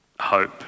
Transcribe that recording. hope